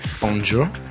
Bonjour